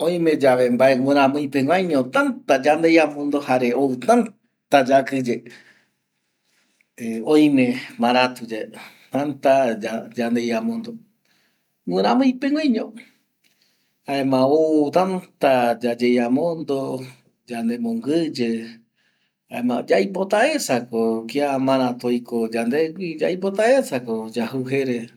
Oimeyave guɨramɨipeguaño täta mbae yandeiamondo jare ou täta yakɨye, oime marätuyae täta yandeiamondo guɨramɨipegüaiño jaema ou täta yayeiamondo yande monguɨye jaema yaipotaesako kia maratu oiko yandegui yaipotaesako yajujere